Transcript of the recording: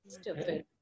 Stupid